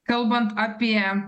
kalbant apie